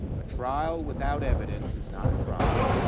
a trial without evidence is not a trial.